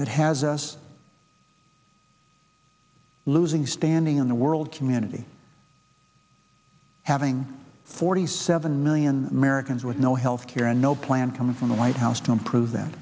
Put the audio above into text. that has us losing standing in the world community having forty seven million americans with no health care and no plan coming from the white house to improve that